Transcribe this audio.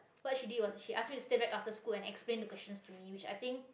what she did was she asked me to stay back after school and explained the questions to me which I think